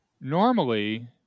normally